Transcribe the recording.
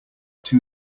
two